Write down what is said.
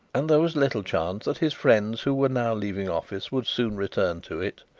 and there was little chance that his friends who were now leaving office would soon return to it.